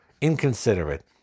inconsiderate